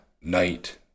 night